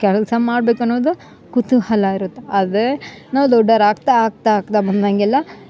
ಕೆಲಸ ಮಾಡ್ಬೇಕು ಅನ್ನೋದು ಕುತೂಹಲ ಇರುತ್ತೆ ಅದೇ ನಾವು ದೊಡ್ಡೋರು ಆಗ್ತಾ ಆಗ್ತಾ ಆಗ್ತಾ ಬಂದಂಗೆಲ್ಲ